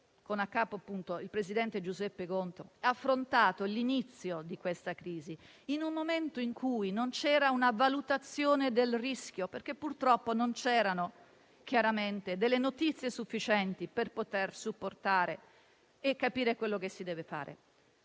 Governo guidato dal presidente Giuseppe Conte abbiamo già affrontato l'inizio di questa crisi, in un momento in cui non c'era una valutazione del rischio, perché purtroppo non c'erano notizie sufficienti per poter supportare e capire quello che si doveva fare.